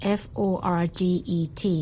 forget